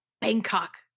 Bangkok